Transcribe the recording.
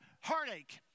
heartache